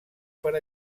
per